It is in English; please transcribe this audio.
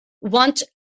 want